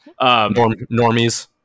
Normies